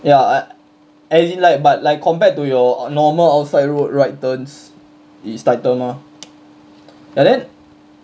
ya uh as in like but like compared to your normal outside road right turns its tighter mah ya then